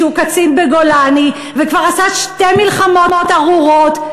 שהוא קצין בגולני וכבר עשה שתי מלחמות ארורות,